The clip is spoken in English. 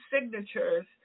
signatures